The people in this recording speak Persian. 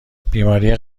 بیماری